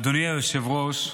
אדוני היושב-ראש,